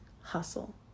hustle